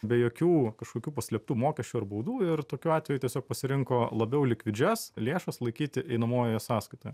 be jokių kažkokių paslėptų mokesčių ar baudų ir tokiu atveju tiesiog pasirinko labiau likvidžias lėšas laikyti einamojoje sąskaitoje